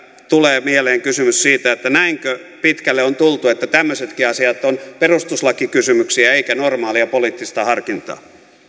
tulee mieleen kysymys siitä että näinkö pitkälle on tultu että tämmöisetkin asiat ovat perustuslakikysymyksiä eivätkä normaalia poliittista harkintaa